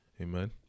Amen